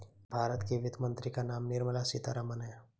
भारत के वित्त मंत्री का नाम निर्मला सीतारमन है